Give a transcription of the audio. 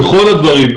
בכל הדברים.